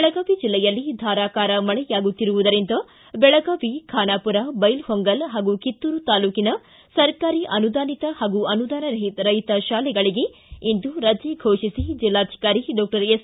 ಬೆಳಗಾವಿ ಜಿಲ್ಲೆಯಲ್ಲಿ ಧಾರಾಕಾರ ಮಳೆಯಾಗುತ್ತಿರುವುದರಿಂದ ಬೆಳಗಾವಿ ಖಾನಾವುರ ಬೈಲಹೊಂಗಲ ಹಾಗೂ ಕಿತ್ತೂರು ತಾಲ್ಲೂಕಿನ ಸರ್ಕಾರಿ ಅನುದಾನಿತ ಪಾಗೂ ಅನುದಾನರಹಿತ ಶಾಲೆಗಳಿಗೆ ಇಂದು ರಜೆ ಘೋಷಿಸಿ ಜಿಲ್ಲಾಧಿಕಾರಿ ಡಾಕ್ಷರ್ ಎಸ್